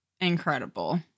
Incredible